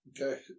Okay